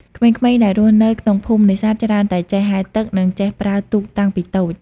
ក្មេងៗដែលរស់នៅក្នុងភូមិនេសាទច្រើនតែចេះ ហែលទឹក និងចេះប្រើទូកតាំងពីតូច។